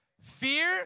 Fear